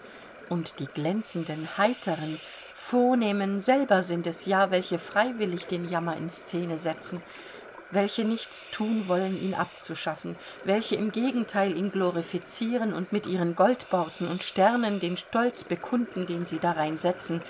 und die glänzenden heiteren vornehmen selber sind es ja welche freiwillig den jammer in scene setzen welche nichts thun wollen ihn abzuschaffen welche im gegenteil ihn glorifizieren und mit ihren goldborten und sternen den stolz bekunden den sie